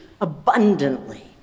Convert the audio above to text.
abundantly